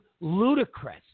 ludicrous